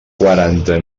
quaranta